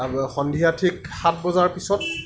আৰু সন্ধিয়া ঠিক সাত বজাৰ পিছত